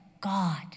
God